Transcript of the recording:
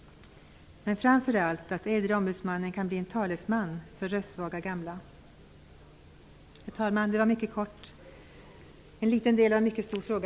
Framför allt kan äldreombudsmannen bli en talesman för röstsvaga gamla. Herr talman! Mitt anförande var mycket kort. Det innehöll en liten del av en mycket stor fråga.